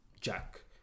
Jack